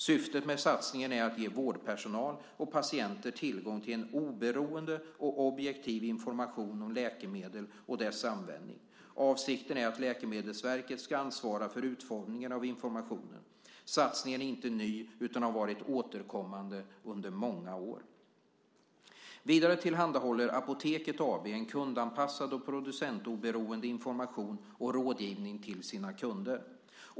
Syftet med satsningen är att ge vårdpersonal och patienter tillgång till oberoende och objektiv information om läkemedel och dess användning. Avsikten är att Läkemedelsverket ska ansvara för utformningen av informationen. Satsningen är inte ny utan har varit återkommande under många år. Vidare tillhandahåller Apoteket AB en kundanpassad och producentoberoende information och rådgivning till sina kunder.